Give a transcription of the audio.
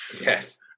Yes